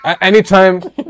Anytime